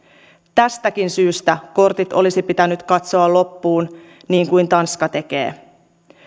tästäkin syystä kortit olisi pitänyt katsoa loppuun niin kuin tanska tekee